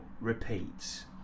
repeats